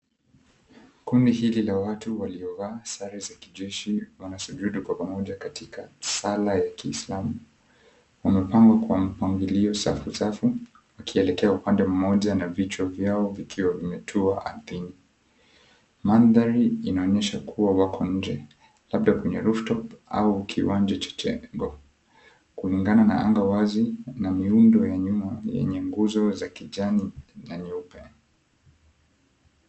Kundi hili la watu waliovaa sare za kijeshi wanasujudu kwa pamoja katika sala ya Kiislamu. Wamepangwa kwa mpangilio safusafu wakielekea upande mmoja na vichwa vyao vikiwa vimetua ardhini. Mandhari inaonyesha kuwa wako nje, labda kwenye rooftop au kiwanja chochote kulingana na anga wazi na miundo ya nyuma yenye nguzo za kijani na nyeupe.